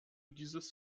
dieses